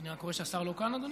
אני רק רואה שהשר לא כאן, אדוני.